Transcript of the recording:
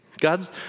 God's